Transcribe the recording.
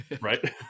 right